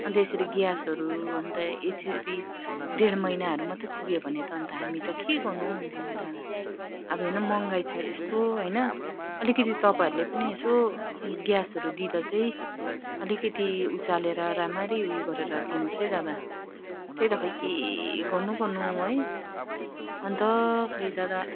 अन्त यसरी ग्यासहरू अन्त यसरी डेढ महिनाहरू मात्रै पुग्यो भने त अन्त हामी त के गर्नु हौ दादा अब हेर्नु महँगाइ छ यस्तो होइन अलिकति तपाईँहरूले पनि यसो ग्यासहरू दिँदा चाहिँ अलिकति उचालेर राम्ररी उयो गरेर दिनुहोस् है दादा त्यही त के गर्नु गर्नु है अन्त खै दादा